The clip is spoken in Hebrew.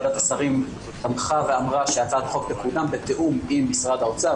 ועדת השרים תמכה ואמרה שהצעת החוק תקודם בתיאום עם משרד האוצר,